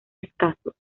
escasos